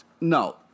No